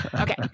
Okay